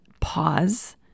pause